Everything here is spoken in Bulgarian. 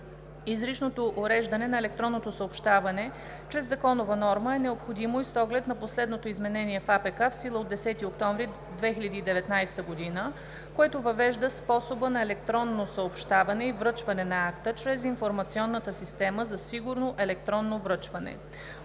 изричното уреждане на електронното съобщаване чрез законова норма е необходимо и с оглед на последното изменение в Административнопроцесуалния кодекс, в сила от 10 октомври 2019 г., което въвежда способа на електронно съобщаване и връчване на акта чрез информационната система за сигурно електронно връчване;